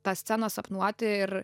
tą sceną sapnuoti ir